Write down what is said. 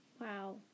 Wow